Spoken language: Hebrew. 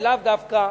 ולאו דווקא